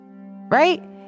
right